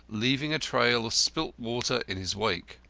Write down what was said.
leaving a trail of spilt water in his wake.